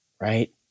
Right